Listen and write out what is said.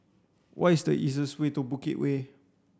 what is the easiest way to Bukit Way